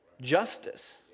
justice